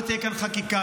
לא תהיה כאן חקיקה,